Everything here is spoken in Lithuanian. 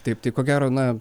taip tai ko gero na